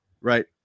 Right